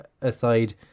aside